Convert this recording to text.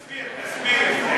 תסביר, תסביר איך.